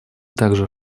также